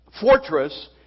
fortress